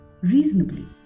reasonably